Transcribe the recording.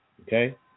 Okay